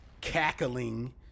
cackling